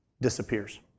disappears